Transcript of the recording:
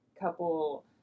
couple